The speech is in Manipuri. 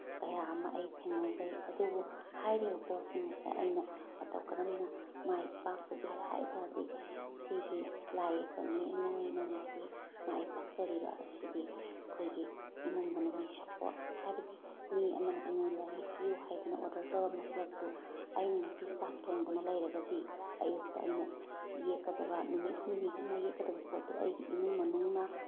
ꯀꯌꯥ ꯑꯃ ꯑꯩ ꯊꯦꯡꯅꯖꯩ ꯑꯗꯨꯕꯨ ꯍꯥꯏꯔꯤꯕ ꯄꯣꯠꯁꯤꯡ ꯑꯁꯦ ꯑꯩꯅ ꯃꯇꯧ ꯀꯔꯝꯅ ꯃꯥꯏ ꯄꯥꯛꯄꯒꯦ ꯍꯥꯏꯇꯥꯔꯒꯗꯤ ꯁꯤꯒꯤ ꯂꯥꯏ ꯌꯦꯛꯄ ꯃꯤ ꯑꯃ ꯑꯣꯏꯅ ꯉꯁꯤ ꯃꯥꯏ ꯄꯥꯛꯆꯔꯤꯕ ꯑꯁꯤꯗꯤ ꯑꯩꯈꯣꯏꯒꯤ ꯏꯃꯨꯡ ꯃꯅꯨꯡꯒꯤ ꯁꯄꯣꯔꯠ ꯍꯥꯏꯕꯗꯤ ꯃꯤ ꯑꯃꯅ ꯑꯩꯉꯣꯟꯗ ꯌꯦꯛꯄꯤꯌꯣ ꯍꯥꯏꯗꯅ ꯑꯣꯔꯗꯔ ꯇꯧꯔꯝꯕ ꯄꯣꯠꯇꯨ ꯑꯩꯅ ꯉꯁꯤ ꯆꯥꯛ ꯊꯣꯡꯗꯅ ꯂꯩꯔꯒꯗꯤ ꯑꯌꯨꯛꯇ ꯑꯩꯅ ꯌꯦꯛꯀꯗꯕ ꯅꯨꯃꯤꯠ ꯍꯨꯝꯅꯤ ꯆꯪꯅ ꯌꯦꯛꯀꯗꯕ ꯄꯣꯠꯇꯨ ꯑꯩꯒꯤ ꯏꯃꯨꯡ ꯃꯅꯨꯡꯅ